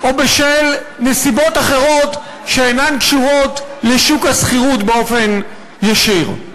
או בשל נסיבות אחרות שאינן קשורות לשוק השכירות באופן ישיר.